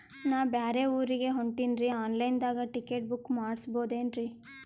ನಾ ಬ್ಯಾರೆ ಊರಿಗೆ ಹೊಂಟಿನ್ರಿ ಆನ್ ಲೈನ್ ದಾಗ ಟಿಕೆಟ ಬುಕ್ಕ ಮಾಡಸ್ಬೋದೇನ್ರಿ?